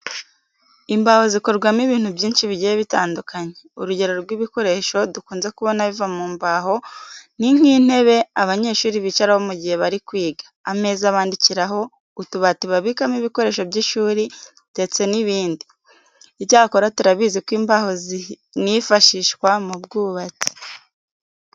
Imbaho zikorwamo ibintu byinshi bigiye bitandukanye. Urugero rw'ibikoresho dukunze kubona biva mu mbaho ni nk'intebe abanyeshuri bicaraho mu gihe bari kwiga, ameza bandikiraho, utubati babikamo ibikoresho by'ishuri, ndetse n'ibindi. Icyakora turabizi ko imbaho zinifashishwa mu bwubatsi.